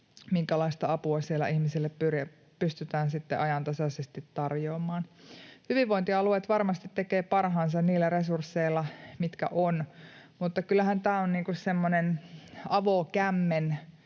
minkälaista apua siellä ihmiselle pystytään sitten ajantasaisesti tarjoamaan. Hyvinvointialueet varmasti tekevät parhaansa niillä resursseilla, mitkä on. Mutta kyllähän tämä on semmoinen